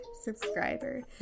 subscriber